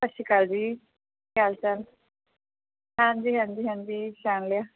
ਸਤਿ ਸ਼੍ਰੀ ਅਕਾਲ ਜੀ ਕੀ ਹਾਲ ਚਾਲ ਹਾਂਜੀ ਹਾਂਜੀ ਹਾਂਜੀ ਪਛਾਣ ਲਿਆ